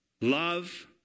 Love